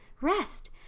rest